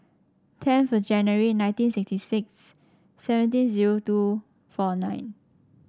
tenth January nineteen sixty six seventeen zero two four nine